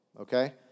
Okay